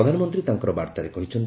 ପ୍ରଧାନମନ୍ତ୍ରୀ ତାଙ୍କର ବାର୍ତ୍ତାରେ କହିଚ୍ଚନ୍ତି